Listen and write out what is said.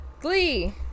glee